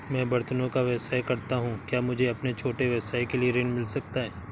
मैं बर्तनों का व्यवसाय करता हूँ क्या मुझे अपने छोटे व्यवसाय के लिए ऋण मिल सकता है?